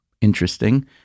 interesting